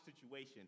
situation